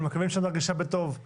אנחנו מקווים שאת מרגישה בטוב.